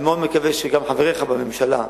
אני מאוד מקווה שגם חבריך בממשלה,